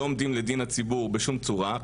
לא עומדים לדין הציבור בשום צורה,